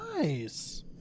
nice